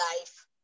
life